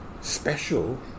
special